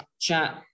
chat